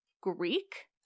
Greek